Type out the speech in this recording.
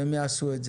והם יעשו את זה.